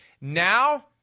Now